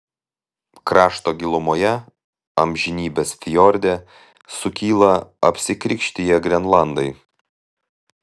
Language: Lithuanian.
krašto gilumoje amžinybės fjorde sukyla apsikrikštiję grenlandai